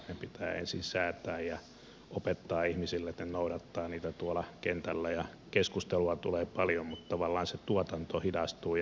ne pitää ensin säätää ja opettaa ihmisille että he noudattavat niitä tuolla kentällä ja keskustelua tulee paljon mutta tavallaan se tuotanto hidastuu ja kärsii